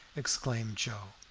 exclaimed joe,